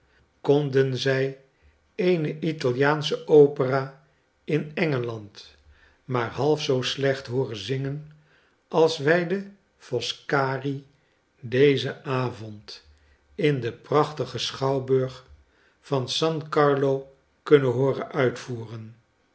konden zij eene italiaansche opera in engeland maar half zoo slecht hooren zingen als wij de foscari dezen avondinden prachtigen schouwburg van san carlo kunnen hooren uitvoeren